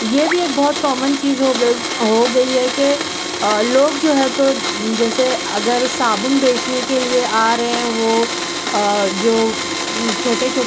یہ بھی ایک بہت کامن چیز ہو ہو گئی ہے کہ لوگ جو ہے تو جیسے اگر صابن بیچنے کے لیے آ رہے ہیں وہ جو چھوٹے چھوٹے